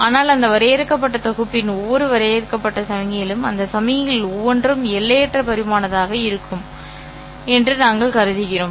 ஆனால் அந்த வரையறுக்கப்பட்ட தொகுப்பின் ஒவ்வொரு வரையறுக்கப்பட்ட சமிக்ஞையிலும் அந்த சமிக்ஞைகள் ஒவ்வொன்றும் எல்லையற்ற பரிமாணமாக இருக்கும் என்று நாங்கள் கருதுகிறோம்